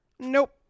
Nope